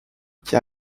qui